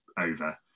over